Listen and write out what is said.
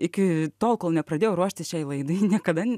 iki tol kol nepradėjau ruoštis šiai laidai niekada